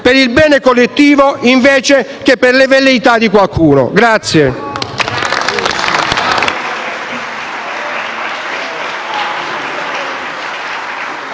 per il bene collettivo invece che per le velleità di qualcuno.